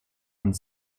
und